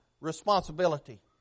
responsibility